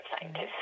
scientists